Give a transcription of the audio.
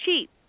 cheap